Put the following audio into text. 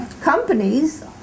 companies